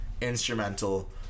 instrumental